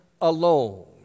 alone